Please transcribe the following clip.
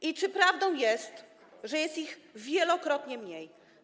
I czy prawdą jest, że jest ich wielokrotnie mniej?